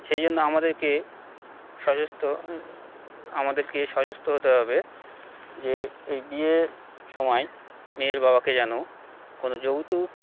সেই জন্য আমাদেরকে সচেষ্ট আমাদেরকে সচেষ্ট হতে হবে যে এই বিয়ের সময় মেয়ের বাবাকে যেন কোনো যৌতুক